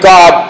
God